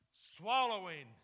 swallowing